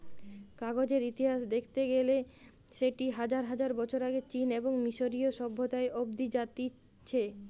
কাগজের ইতিহাস দেখতে গেইলে সেটি হাজার হাজার বছর আগে চীন এবং মিশরীয় সভ্যতা অব্দি জাতিছে